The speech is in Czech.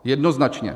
Jednoznačně.